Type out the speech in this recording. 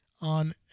on